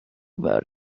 about